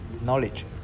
knowledge